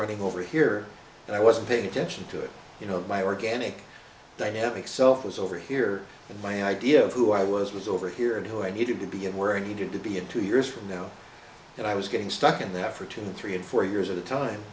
running over here and i wasn't paying attention to it you know my organic dynamic self was over here and my idea of who i was was over here and who i needed to be and where i needed to be and two years from now that i was getting stuck in there for two three and four years of the time